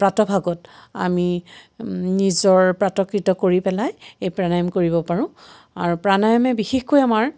প্ৰাতঃ ভাগত আমি নিজৰ প্ৰাতঃকৃত কৰি পেলাই এই প্ৰাণায়াম কৰিব পাৰোঁ আৰু প্ৰাণায়মে বিশেষকৈ আমাৰ